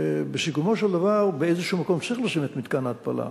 ובסיכומו של דבר באיזה מקום צריך לשים את מתקן ההתפלה,